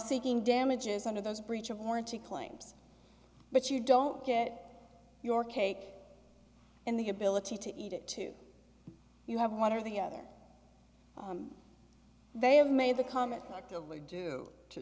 seeking damages under those breach of warranty claims but you don't get your cake and the ability to eat it too you have one or the other they have made the comment actively due to